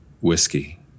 whiskey